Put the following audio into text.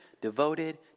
devoted